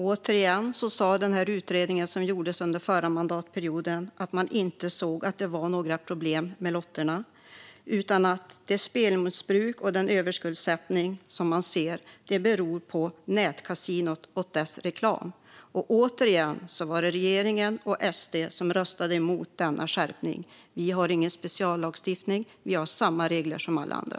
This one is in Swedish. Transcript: Herr talman! Återigen: Den utredning som gjordes under förra mandatperioden visade att man inte såg att det var några problem med lotterna. Det spelmissbruk och den överskuldsättning som man ser beror på nätkasinot och dess reklam. Och, återigen, det var regeringen och SD som röstade emot denna skärpning. Vi har ingen speciallagstiftning. Vi har samma regler som alla andra.